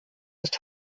ist